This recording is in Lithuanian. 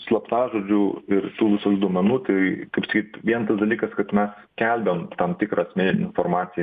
slaptažodžių ir tų visų duomenų tai kaip sakyt vien tas dalykas kad mes skelbiam tam tikrą asmeninę informaciją